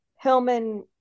Hillman